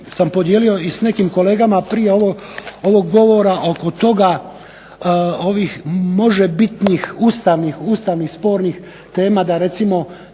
sam podijelio i s nekim kolegama prije ovog govora oko toga, ovih možebitnih ustavnih spornih tema da recimo